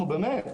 באמת.